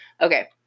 Okay